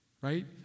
Right